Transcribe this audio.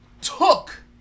took